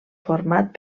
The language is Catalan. format